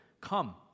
come